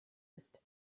ist